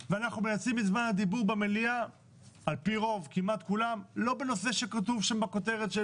ובזמן הדיבור במליאה על פי רוב כמעט כולם לא בנושא שכתוב שם בכותרת,